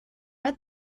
read